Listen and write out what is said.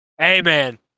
Amen